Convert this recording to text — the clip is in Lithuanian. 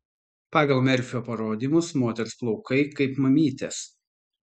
pagal merfio parodymus moters plaukai kaip mamytės